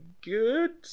good